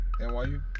NYU